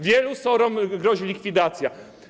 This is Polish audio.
Wielu SOR-om grozi likwidacja.